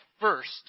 first